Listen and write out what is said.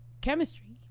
chemistry